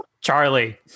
Charlie